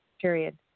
period